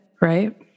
Right